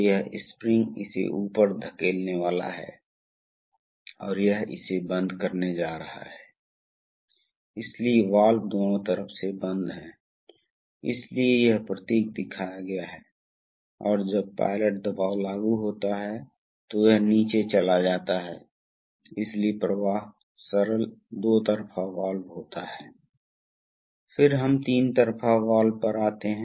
तो पंप प्रवाह इस तरह से जा रहा है यह एक चेक वाल्व है इसलिए चेक वाल्व के लिए यह तरीका स्वतंत्र प्रवाह है यदि आप याद करते हैं तो यह पंप का प्रवाह है और यह पंप का प्रवाह है वे जा रहे हैं वे है वे यहां शामिल हो रहे हैं और कुल प्रवाह पंप का प्रवाह प्लस पंप वास्तव में लोड पर बह रहा है